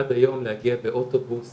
עד היום להגיע באוטובוס